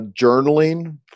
journaling